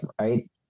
right